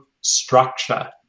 structure